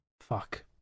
fuck